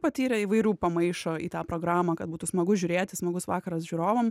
patyrę įvairių pamaišo į tą programą kad būtų smagu žiūrėti smagus vakaras žiūrovam